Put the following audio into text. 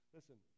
Listen